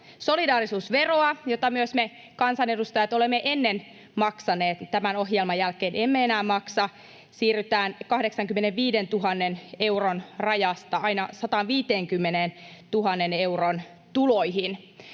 Solidaarisuusveroa, jota myös me kansanedustajat olemme ennen maksaneet, tämän ohjelman jälkeen emme enää maksa. Siirrytään 85 000 euron rajasta aina 150 000 euron tuloihin.